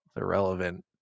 irrelevant